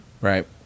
Right